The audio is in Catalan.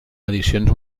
edicions